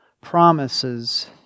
promises